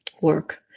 work